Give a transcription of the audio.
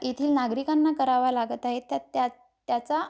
येथील नागरिकांना करावा लागत आहे त्या त्या त्याचा